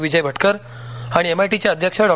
विजय भटकर आणि एमआयटीचे अध्यक्ष डॉ